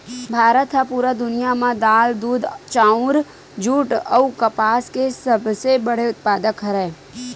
भारत हा पूरा दुनिया में दाल, दूध, चाउर, जुट अउ कपास के सबसे बड़े उत्पादक हरे